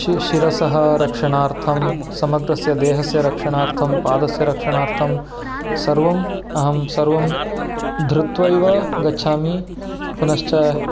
शी शिरसः रक्षणार्थं समग्रस्य देहस्य रक्षणार्थं पादस्य रक्षणार्थं सर्वम् अहं सर्वं धृत्वैव गच्छामि पुनश्च